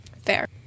Fair